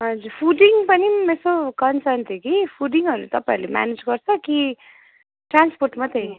हजुर फुडिङ पनि यसो कन्सर्न थियो कि फुडिङहरू तपाईँले म्यानेज गर्छ कि ट्रान्सपोर्ट मात्रै